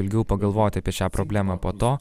ilgiau pagalvoti apie šią problemą po to